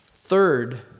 Third